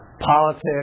politics